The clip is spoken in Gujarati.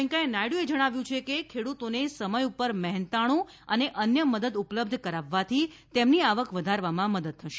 વૈકેંયા નાયડુએ જણાવ્યું છે કે ખેડૂતોને સમય પર મહેનતાણુ અને અન્ય મદદ ઉપલબ્ધ કરાવવાથી તેમની આવક વધારવામાં મદદ થશે